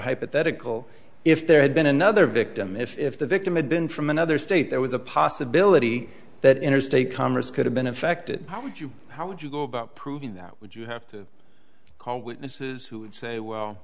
hypothetical if there had been another victim if the victim had been from another state there was a possibility that interstate commerce could have been affected how would you how would you go about proving that would you have to call witnesses who i i would